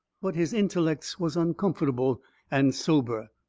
but his intellects was uncomfortable and sober.